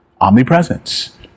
omnipresence